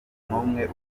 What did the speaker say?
n’umwe